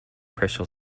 crystals